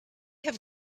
have